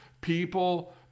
people